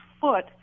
foot